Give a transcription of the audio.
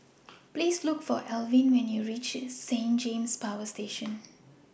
Please Look For Elwyn when YOU REACH Saint James Power Station